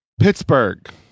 Pittsburgh